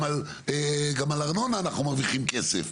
גם על ארנונה אנחנו מרוויחים כסף,